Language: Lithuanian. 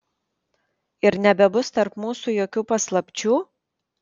ir nebebus tarp mūsų jokių paslapčių